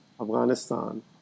Afghanistan